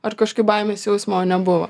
ar kažkaip baimės jausmo nebuvo